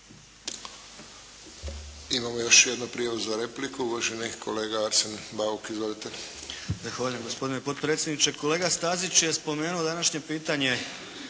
Imamo još jednu prijavu za repliku. Uvaženi kolega Arsen Bauk. Izvolite.